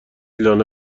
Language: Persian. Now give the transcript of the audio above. لانه